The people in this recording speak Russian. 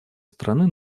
страны